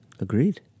Agreed